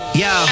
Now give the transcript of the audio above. yo